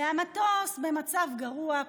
והמטוס במצב גרוע,